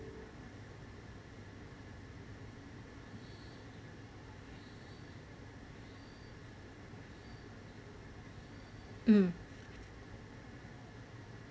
mm